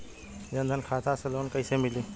जन धन खाता से लोन कैसे मिली?